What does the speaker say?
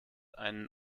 einen